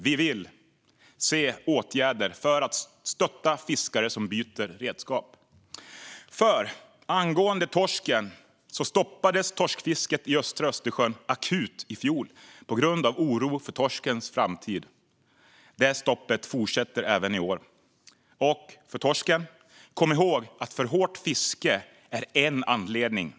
Vi vill se åtgärder för att stötta fiskare som byter redskap. Angående torsken stoppades fisket av den i östra Östersjön akut i fjol på grund av oro för dess framtid. Detta stopp fortsätter även i år. Kom ihåg att för hårt fiske av torsk är en anledning!